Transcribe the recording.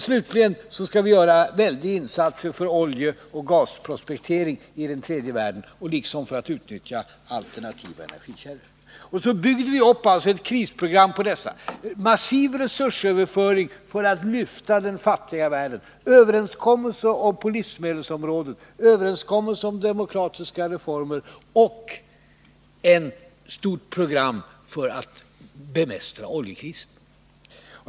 Slutligen skall vi göra väldiga insatser för oljeoch gasprospektering i den tredje världen liksom för att utnyttja alternativa energikällor. Och så byggde vi upp ett krisprogram på dessa punkter: massiv resursöverföring för att lyfta den fattiga världen, överenskommelser på livsmedelsområdet, överenskommelser om demokratiska reformer och ett stort program för att bemästra oljekrisen.